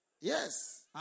Yes